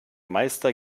meister